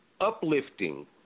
uplifting